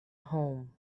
home